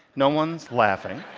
no one's laughing.